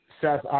Seth